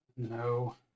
No